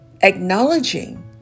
Acknowledging